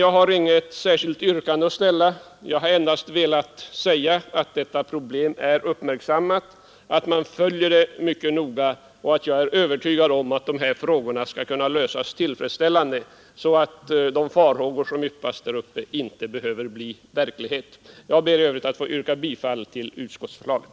Jag har endast velat framhålla att detta problem är uppmärksammat, att det följs mycket noga och att jag är övertygad om att dessa frågor skall kunna lösas tillfredsställande, så att de svårigheter som det yppats farhågor om inte skall behöva uppkomma. Jag yrkar bifall till utskottets hemställan.